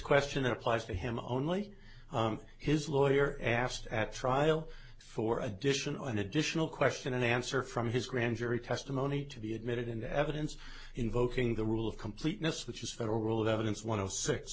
question applies to him only his lawyer asked at trial for additional an additional question an answer from his grand jury testimony to be admitted into evidence invoking the rule of completeness which is federal rule of evidence one of six